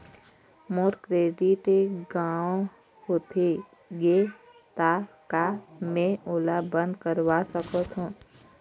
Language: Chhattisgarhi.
मोर क्रेडिट गंवा होथे गे ता का मैं ओला बंद करवा सकथों?